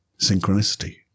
Synchronicity